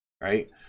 right